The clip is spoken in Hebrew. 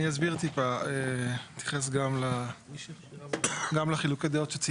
אסביר מעט ואתייחס גם לחילוקי הדעות.